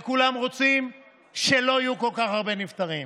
וכולם רוצים שלא יהיו כל כך הרבה נפטרים.